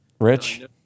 Rich